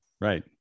right